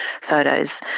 photos